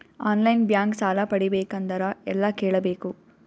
On line bank ಸಾಲ ಪಡಿಬೇಕಂದರ ಎಲ್ಲ ಕೇಳಬೇಕು?